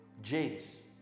James